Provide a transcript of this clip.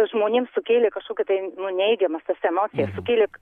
žmonėms sukėlė kažkokią tai nu neigiamas tas emocijas sukėlė